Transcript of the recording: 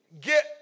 get